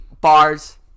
Bars